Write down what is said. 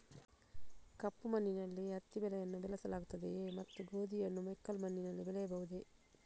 ಕಪ್ಪು ಮಣ್ಣಿನಲ್ಲಿ ಹತ್ತಿ ಬೆಳೆಯನ್ನು ಬೆಳೆಸಲಾಗುತ್ತದೆಯೇ ಮತ್ತು ಗೋಧಿಯನ್ನು ಮೆಕ್ಕಲು ಮಣ್ಣಿನಲ್ಲಿ ಬೆಳೆಯಬಹುದೇ?